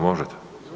Možete.